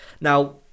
Now